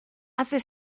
hace